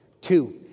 Two